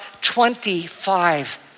25